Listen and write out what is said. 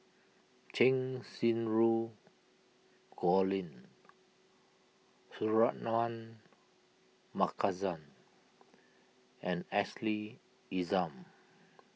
Cheng Xinru Colin Suratman Markasan and Ashley Isham